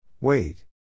Wait